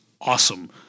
awesome